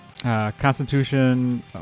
Constitution